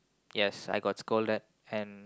yes I got scolded and